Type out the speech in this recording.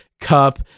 cup